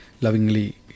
lovingly